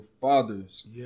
fathers